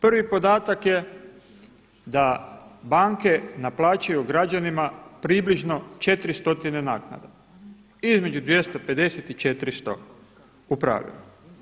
Prvi podatak je da banke naplaćuju građanima približno 4 stotine naknada između 250 i 400 u pravilu.